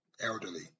elderly